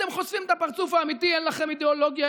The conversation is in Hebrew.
אתם חושפים את הפרצוף האמיתי: אין לכם אידיאולוגיה,